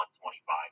125